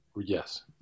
Yes